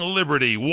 liberty